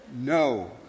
no